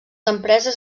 empreses